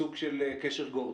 קשר גורדי,